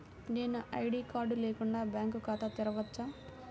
నేను ID card లేకుండా bank ఖాతా తెరవచ్చా?